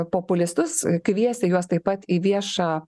populistus kviesti juos taip pat į viešą